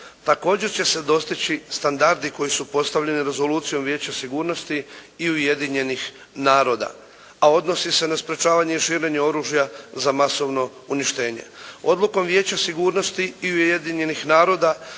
Također će se dostići standardi koji su postavljeni Rezolucijom Vijeća sigurnosti i Ujedinjenih naroda, a odnosi se na sprječavanje i širenje oružja za masovno uništenje. Odlukom Vijeća sigurnosti i Ujedinjenih naroda